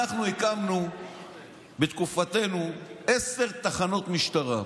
אנחנו הקמנו בתקופתנו עשר תחנות משטרה.